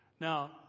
Now